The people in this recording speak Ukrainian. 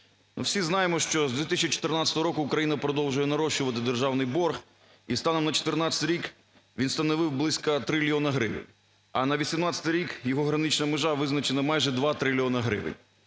всі знаємо, що з 2014 року Україна продовжує нарощувати державний борг і станом на 2014 рік він становим близько трильйона гривень, а на 2018 рік його гранична межа визначена майже 2 трильйона гривень.